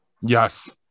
yes